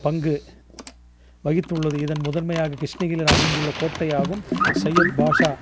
பங்கு வகித்துள்ளது இதன் முதன்மையாக கிருஷ்ணகிரியில் அமைந்துள்ள கோட்டையாகவும் சையத் பாஷா